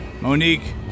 Monique